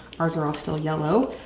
ours are all still yellow,